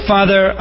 Father